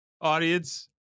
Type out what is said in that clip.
Audience